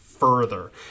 further